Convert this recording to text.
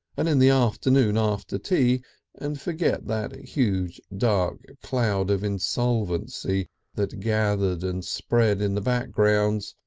and in the afternoon after tea and forget that huge dark cloud of insolvency that gathered and spread in the background,